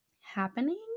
happening